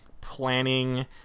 planning